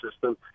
system